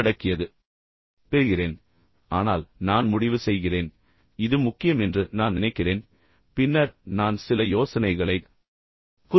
எனவே ஒரு வடிகட்டுதல் நடக்கிறது நீங்கள் கொடுக்கும் அனைத்து யோசனைகளையும் நான் பெறுகிறேன் ஆனால் நான் முடிவு செய்கிறேன் இது முக்கியம் என்று நான் நினைக்கிறேன் பின்னர் நான் சில யோசனைகளைக் குறிப்பிடுகிறேன்